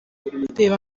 reba